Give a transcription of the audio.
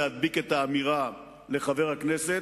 להדביק את האמירה לחבר הכנסת,